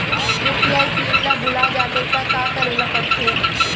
UPI pin ल भुला जाथे त का करे ल पढ़थे?